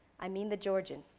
i mean the georgian,